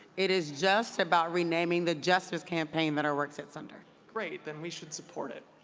it is just about renaming the justice campaign that our work sets under. great. then we should support it.